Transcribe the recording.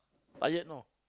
tired know